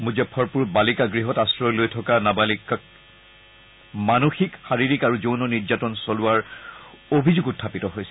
মুজফ্ফৰপুৰৰ বালিকা গৃহত আশ্ৰয় লৈ থকা নাবালিকাগৰাকীক মানসিক শাৰিৰীক আৰু যৌন নিৰ্যাতন চলোৱাৰ অভিযোগ উখাপিত হৈছে